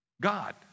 God